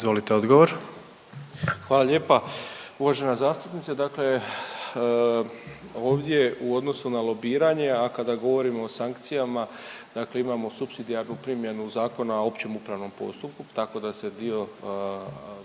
Ivan (HDZ)** Hvala lijepa uvažena zastupnice. Dakle, ovdje u odnosu na lobiranje, a kada govorimo o sankcijama, dakle imamo supsidijarnu primjenu Zakona o općem upravnom postupku tako da se dio,